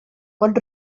pot